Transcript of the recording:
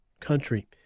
Country